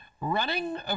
Running